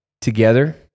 together